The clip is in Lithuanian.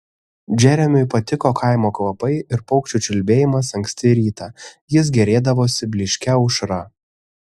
džeremiui patiko kaimo kvapai ir paukščių čiulbėjimas anksti rytą jis gėrėdavosi blyškia aušra